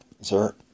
sir